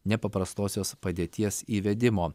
nepaprastosios padėties įvedimo